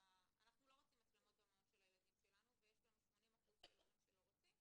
שהם לא רוצים מצלמות ויש לנו 80% של הורים שלא רוצים